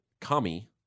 Kami